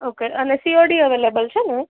okay અને COD available છે ને